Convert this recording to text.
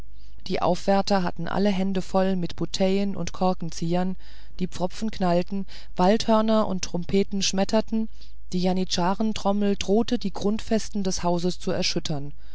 die aufwärter hatten alle hände voll bouteillen und korkzieher die pfropfen knallten waldhörner und trompeten schmetterten die janitscharentrommel drohte die grundfesten des hauses zu erschüttern